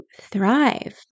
thrive